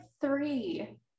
three